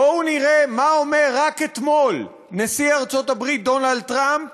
בואו נראה מה אמר רק אתמול נשיא ארצות-הברית דונלד טראמפ